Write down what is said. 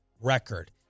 record